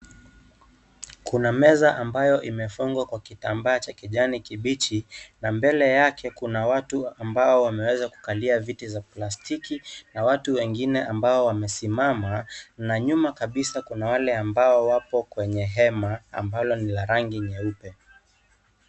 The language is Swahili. Kuna meza ambayo imefungwa kwa kitambaa cha kijani kibichi na mbele yake kuna watu ambao wameweza kukalia viti za plastiki, na watu wengine ambao wamesimama, na nyuma kabisa kuna wale ambao wako kwenye hema ambalo ni la rangi nyeupe.